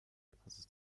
basis